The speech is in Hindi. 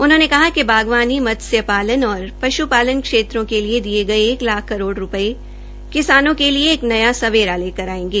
उन्होंने कहा कि बागवानी मतस्य पालन और पशु पालन क्षेत्रों के लिए दिये गए एक लाख करोड़ रूपए किसानों के लिए एक नया सवेरा लेकर आयेंगे